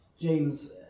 James